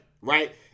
right